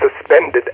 suspended